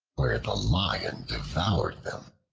where the lion devoured them.